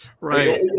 right